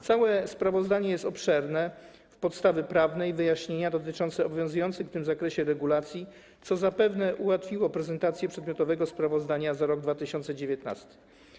Całe sprawozdanie jest obszerne - zawiera podstawy prawne i wyjaśnienia dotyczące obowiązujących w tym zakresie regulacji, co zapewne ułatwiło prezentację przedmiotowego sprawozdania za rok 2019.